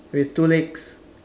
with two legs